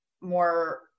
more